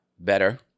better